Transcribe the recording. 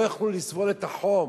לא יכלו לסבול את החום,